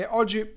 oggi